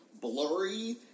blurry